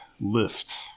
Lift